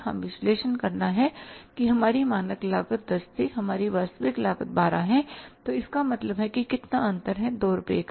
हमें विश्लेषण करना है कि हमारी मानक लागत 10 थी हमारी वास्तविक लागत 12 है तो इसका मतलब है कि कितना अंतर है 2 रुपये का